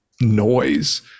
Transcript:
noise